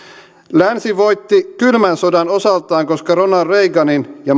länsi voitti kylmän sodan osaltaan koska ronald reaganin ja